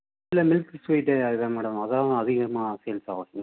இல்லை milk sweet அது தான் மேடம் அதுதான் அதிகமாக சேல்ஸ் ஆகும் ஸ்வீட்டு